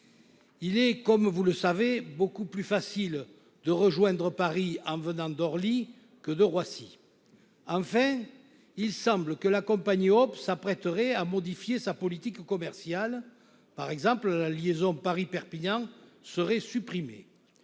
Comme vous le savez, il est beaucoup plus facile de rejoindre Paris en venant d'Orly que de Roissy. Enfin, il semble que la compagnie Hop ! s'apprêterait à modifier sa politique commerciale ; la liaison Paris-Perpignan, par exemple, serait supprimée.